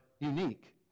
unique